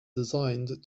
designed